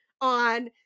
on